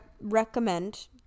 Recommend